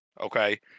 Okay